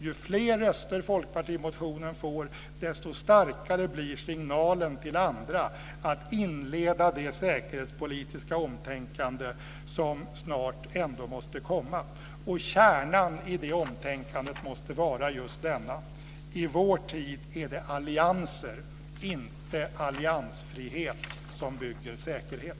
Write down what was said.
Ju fler röster folkpartimotionen får, desto starkare blir signalen till andra att inleda det säkerhetspolitiska omtänkande som snart ändå måste komma. Kärnan i det omtänkandet måste vara just denna: I vår tid är det allianser, inte alliansfrihet som bygger säkerhet.